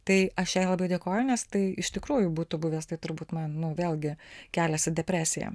tai aš jai labai dėkoju nes tai iš tikrųjų būtų buvęs tai turbūt man nu vėlgi kelias į depresiją